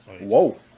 Whoa